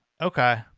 okay